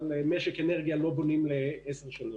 אבל משק אנרגיה לא בונים לעשר שנים.